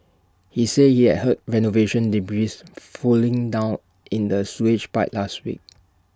he said he had heard renovation debris flowing down in the sewage pipe last week